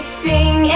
sing